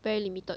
very limited